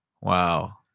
wow